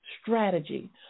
strategy